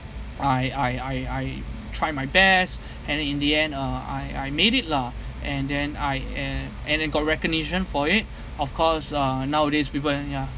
I I I I try my best and then in the end uh I I made it lah and then I uh and then got recognition for it of course uh nowadays people and ya